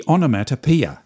Onomatopoeia